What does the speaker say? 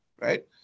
right